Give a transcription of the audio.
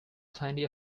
plenty